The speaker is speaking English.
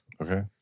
Okay